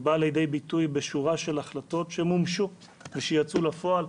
ובאה לידי ביטוי בשורה של החלטות שמומשו ושיצאו לפועל,